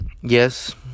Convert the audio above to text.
Yes